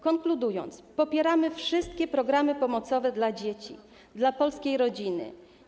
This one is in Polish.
Konkludując: Popieramy wszystkie programy pomocowe dla dzieci, dla polskiej rodziny.